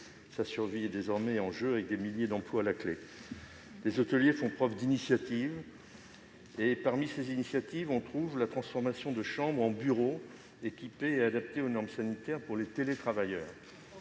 Sa survie est désormais en jeu, avec des milliers d'emplois à la clé. Les hôteliers font preuve d'initiative. Je pense par exemple à la transformation de chambres en bureaux équipés adaptés aux normes sanitaires pour les télétravailleurs.